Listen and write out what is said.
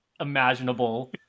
imaginable